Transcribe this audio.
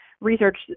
research